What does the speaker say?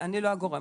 אני לא הגורם,